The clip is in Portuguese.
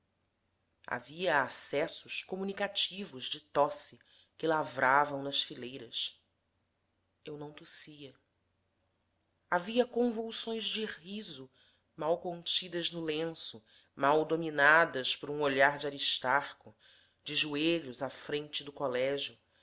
havia acessos comunicativos de tosse que lavravam nas fileiras eu não tossia havia convulsões de riso mal contidas no lenço mal dominadas por um olhar de aristarco de joelhos à frente do colégio